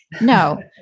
No